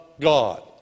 God